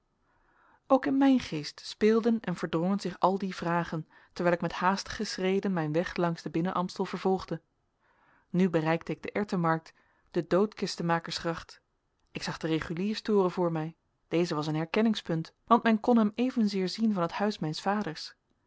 ook in mijn geest speelden en verdrongen zich al die vragen terwijl ik met haastige schreden mijn weg langs den binnen amstel vervolgde nu bereikte ik de erwtenmarkt de doodkistemakersgracht ik zag den regulierstoren voor mij deze was een herkenningspunt want men kon hem evenzeer zien van het huis mijns vaders